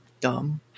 dumb